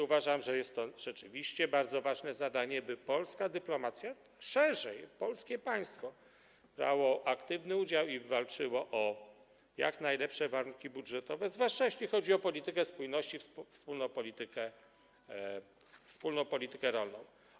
Uważam, że jest to rzeczywiście bardzo ważne zadanie, by polska dyplomacja, szerzej, polskie państwo brało aktywny udział i walczyło o jak najlepsze warunki budżetowe, zwłaszcza jeśli chodzi o politykę spójności i wspólną politykę rolną.